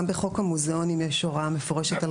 גם בחוק המוזיאונים יש הוראה מפורשת על